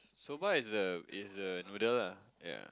soba is the is the noodle lah ya